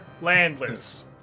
Landless